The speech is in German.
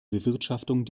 bewirtschaftung